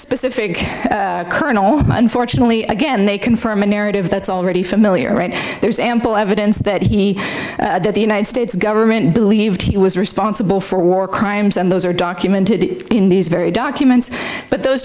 specific kernel unfortunately again they confirm a narrative that's already familiar there's ample evidence that he that the united states government believed he was responsible for war crimes and those are documented in these very documents but those